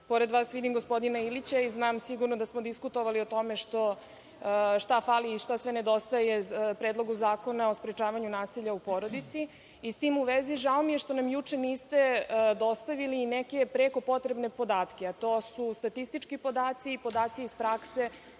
Pored vas vidim gospodina Ilića i znam sigurno da smo diskutovali o tome šta fali i šta sve nedostaje Predlogu zakona o sprečavanju nasilja u porodici, i s tim u vezi žao mi je što nam juče niste dostavili i neke preko potrebne podatke, a to su statistički podaci, podaci iz prakse